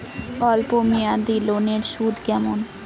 অল্প মেয়াদি লোনের সুদ কেমন?